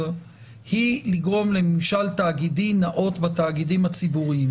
היא לגרום לממשל תאגידי נאות בתאגידים הציבוריים.